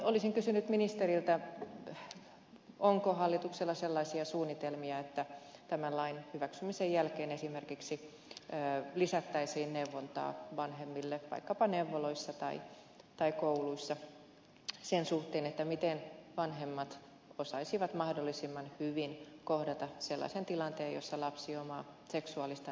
olisin kysynyt ministeriltä onko hallituksella sellaisia suunnitelmia että tämän lain hyväksymisen jälkeen esimerkiksi lisättäisiin neuvontaa vanhemmille vaikkapa neuvoloissa tai kouluissa sen suhteen miten vanhemmat osaisivat mahdollisimman hyvin kohdata sellaisen tilanteen jossa lapsi omaa seksuaalista identiteettiään etsii